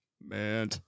Man